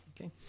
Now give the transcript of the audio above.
Okay